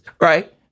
right